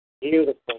Beautiful